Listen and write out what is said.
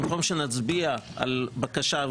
במקום שנצביע על בקשה,